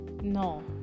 No